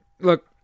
Look